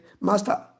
Master